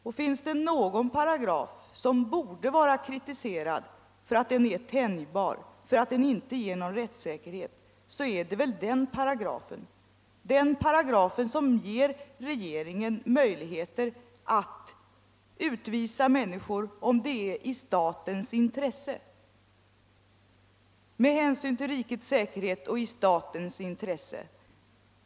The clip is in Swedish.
Men finns det någon paragraf som borde vara kritiserad för att den är tänjbar och för att den inte ger någon rättssäkerhet, så är det väl just den paragrafen! Det är ju den som ger regeringen möjligheter att utvisa människor när detta finnes påkallat av hänsyn till rikets säkerhet eller eljest i statens intresse.